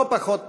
לא פחות מכך,